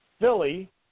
Philly